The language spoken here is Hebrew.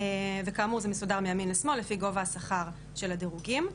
וכאמור זה מסודר מימין לשמאל לפי גובה השכר של הדירוגים.